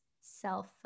self